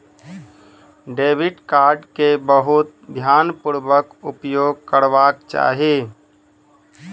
debit card के बहुत ध्यानपूर्वक उपयोग करबाक चाही